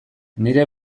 nire